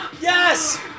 Yes